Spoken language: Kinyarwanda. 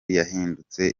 yahindutse